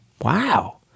Wow